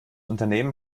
unternehmen